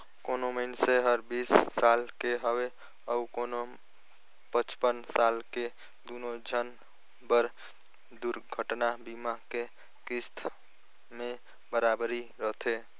कोनो मइनसे हर बीस साल के हवे अऊ कोनो पचपन साल के दुनो झन बर दुरघटना बीमा के किस्त में बराबरी रथें